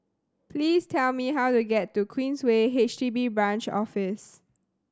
please tell me how to get to Queensway H D B Branch Office